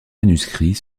manuscrit